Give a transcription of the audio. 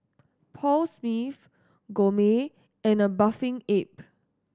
Paul Smith Gourmet and A Bathing Ape